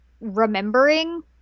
remembering